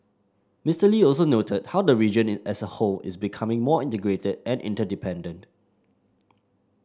Mister Lee also noted how the region as a whole is becoming more integrated and interdependent